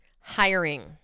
hiring